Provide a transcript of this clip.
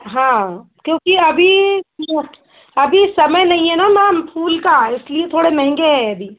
हाँ क्योंकि अभी अभी समय नहीं हैं न मैम फूल का इसलिए थोड़े महंगे हैं अभी